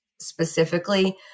specifically